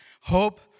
hope